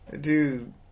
Dude